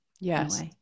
Yes